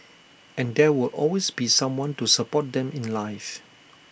and there will always be someone to support them in life